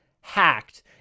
hacked